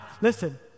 listen